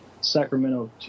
Sacramento